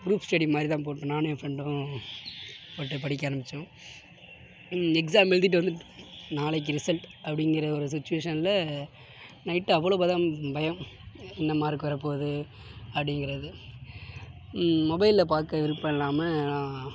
group study மாதிரிதான் போட்டு நானும் என் ஃப்ரெண்டும் போட்டு படிக்க ஆரம்மிச்சோம் எக்ஸாம் எழுதிட்டு வந்து நாளைக்கு ரிசல்ட் அப்படிங்கிற ஒரு சுச்சுவேஷனில் நைட்டு அவ்வளோ பதம் பயம் என்ன மார்க் வரப் போது அப்படிங்கிறது மொபைலில் பார்க்க விருப்பம் இல்லாமல் நான்